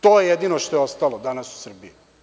To je jedino što je ostalo danas u Srbiji.